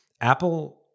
Apple